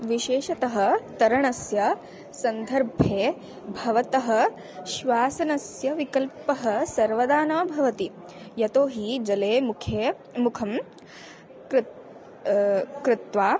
विशेषतः तरणस्य सन्दर्भे भवतः श्वसनस्य विकल्पः सर्वदा न भवति यतो हि जले मुखे मुखं कृत् कृत्वा